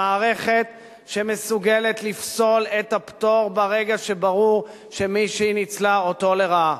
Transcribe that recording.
למערכת שמסוגלת לפסול את הפטור ברגע שברור שמישהי ניצלה אותו לרעה.